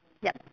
yup